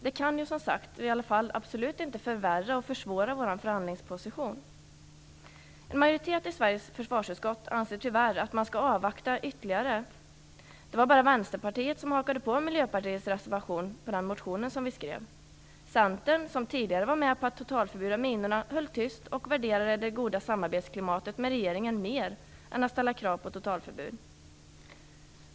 Det kan ju, som sagt, i vilket fall absolut inte förvärra och försvåra vår förhandlingsposition. En majoritet i Sveriges försvarsutskott anser tyvärr att man skall avvakta ytterligare. Det var bara Vänsterpartiet som hakade på Miljöpartiets reservation och den motion vi skrev. Centern, som tidigare var med på att totalförbjuda minorna, höll tyst och värderade det goda samarbetsklimatet med regeringen mer än att ställa krav på totalförbud.